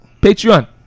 Patreon